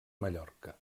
mallorca